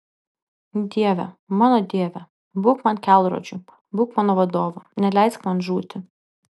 dieve mano dieve būk man kelrodžiu būk mano vadovu neleisk man žūti